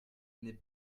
n’est